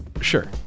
Sure